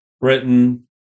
Britain